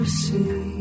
see